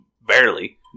Barely